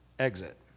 exit